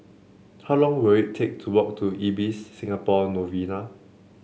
how long will it take to walk to Ibis Singapore Novena